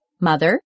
Mother